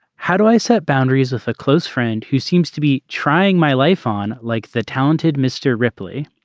how do i set boundaries with a close friend who seems to be trying my life on like the talented mr. ripley.